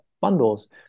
bundles